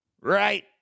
Right